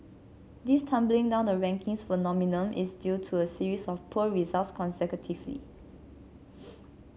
this tumbling down the rankings phenomenon is due to a series of poor results consecutively